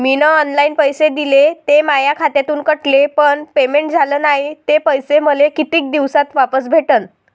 मीन online पैसे दिले, ते माया खात्यातून कटले, पण पेमेंट झाल नायं, ते पैसे मले कितीक दिवसात वापस भेटन?